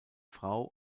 frau